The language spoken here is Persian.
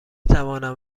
توانم